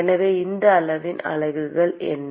எனவே இந்த அளவின் அலகுகள் என்ன